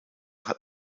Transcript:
hat